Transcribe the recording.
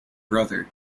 brother